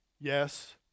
yes